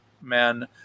men